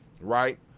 right